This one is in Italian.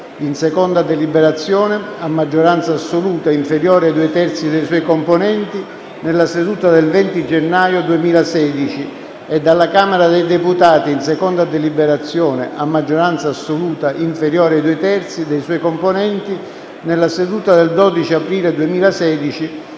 in seconda deliberazione - a maggioranza assoluta, inferiore ai due terzi, dei suoi componenti - nella seduta del 20 gennaio 2016, e dalla Camera dei deputati, in seconda deliberazione - a maggioranza assoluta, inferiore ai due terzi, dei suoi componenti - nella seduta del 12 aprile 2016,